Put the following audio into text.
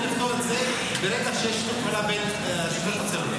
אנחנו יכולים ברגע, נכון.